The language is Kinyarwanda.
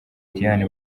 diane